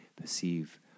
perceive